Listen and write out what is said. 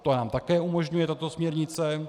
To nám také umožňuje tato směrnice.